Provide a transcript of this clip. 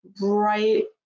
right